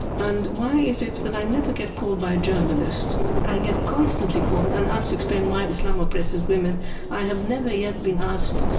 and why is it that i never get called by a journalist i get constantly called and and asked to explain why islam oppresses women i have never yet been asked,